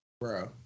Bro